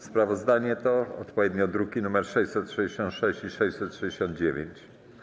Sprawozdania to odpowiednio druki nr 666 i 669.